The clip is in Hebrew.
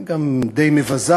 גם די מבזה,